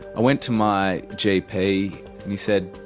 i went to my gp and he said,